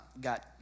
got